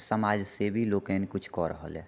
समाजसेवी लोकनि किछु कए रहल यऽ